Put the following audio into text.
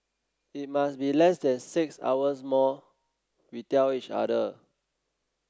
it must be less than six hours more we tell each other